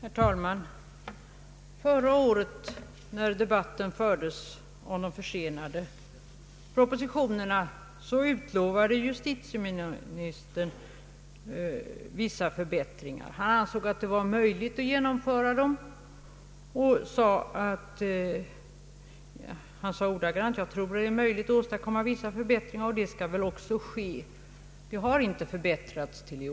Herr talman! Förra året, när debatten fördes om de försenade propositionerna, utlovade justitieministern vissa förbättringar. Han ansåg att det var möjligt att genomföra sådana och sade ordagrant: Jag tror det är möjligt att åstadkomma vissa förbättringar, och det skall väl också ske. Det har inte skett någon förbättring.